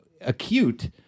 acute